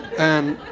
and